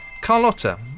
Carlotta